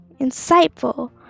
insightful